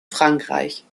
frankreich